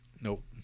Nope